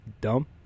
Dumb